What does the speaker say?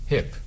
Hip